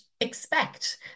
expect